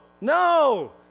no